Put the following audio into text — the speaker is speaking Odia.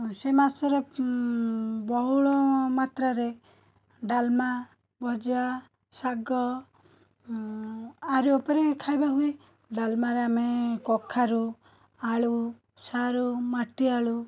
ସେ ମାସରେ ବହୁଳ ମାତ୍ରାରେ ଡାଲମା ଭଜା ଶାଗ ଆରି ଉପରେ ଖାଇବା ହୁଏ ଡାଲମାରେ ଆମେ କଖାରୁ ଆଳୁ ସାରୁ ମାଟିଆଳୁ